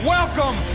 Welcome